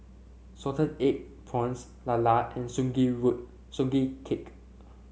Salted Egg Prawns Lala and Sugee wood Sugee Cake